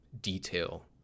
detail